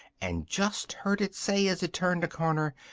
and just heard it say, as it turned a corner,